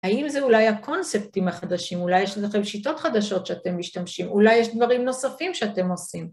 ‫האם זה אולי הקונספטים החדשים? ‫אולי יש לכם שיטות חדשות שאתם משתמשים? ‫אולי יש דברים נוספים שאתם עושים?